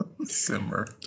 simmer